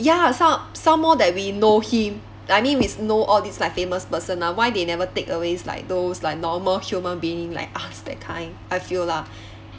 ya some some more that we know him I mean we know all this like famous person ah why they never take away like those like normal human being like us that kind I feel lah